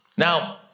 Now